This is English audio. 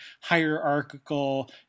hierarchical